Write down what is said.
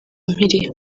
mpiri